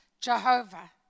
Jehovah